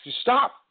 Stop